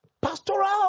pastoral